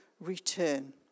return